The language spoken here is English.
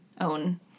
own